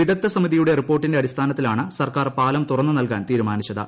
വിദഗ്ധ സമിതിയുടെ റിപ്പോർട്ടിന്റെ അടിസ്ഥാനത്തിലാണു സർക്കാർ പാലം തുറന്നു നൽകാൻ തീരുമാനിച്ചത്